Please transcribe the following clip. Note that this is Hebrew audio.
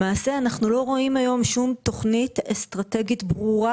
למעשה אנחנו לא רואים היום שום תכנית אסטרטגית ברורה